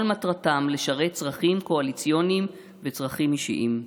מטרתם לשרת צרכים קואליציוניים וצרכים אישיים.